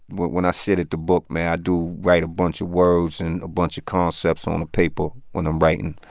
when i sit at the book, man, i do write a bunch of words and a bunch of concepts on the paper when i'm writing.